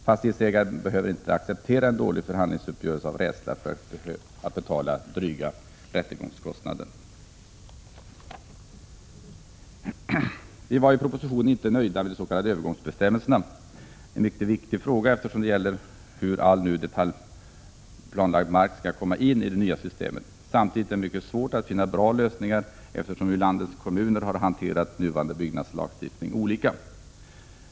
Fastighetsägaren behöver inte acceptera en dålig förhandlingsuppgörelse av rädsla för att få betala dryga rättegångskostnader. Vi var inte nöjda med de s.k. övergångsbestämmelserna i propositionen. Det är en mycket viktig fråga eftersom det gäller hur all nu detaljplanelagd mark skall komma in i det nya systemet. Samtidigt är det mycket svårt att finna bra lösningar, eftersom landets kommuner har hanterat nuvarande byggnadslagstiftning olika.